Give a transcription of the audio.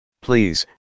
Please